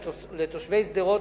לתושבי שדרות,